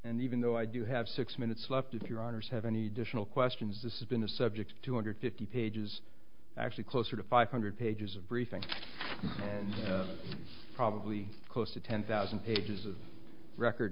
and even though i do have six minutes left if your honour's have any dish no questions this has been a subject of two hundred fifty pages actually closer to five hundred pages of briefing and probably close to ten thousand pages of record